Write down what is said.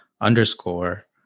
underscore